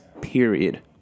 period